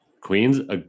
Queens